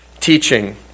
teaching